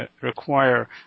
require